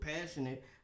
passionate